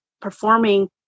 performing